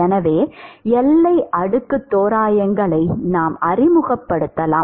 எனவே எல்லை அடுக்கு தோராயங்களை நாம் அறிமுகப்படுத்தலாம்